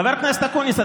חבר הכנסת אקוניס,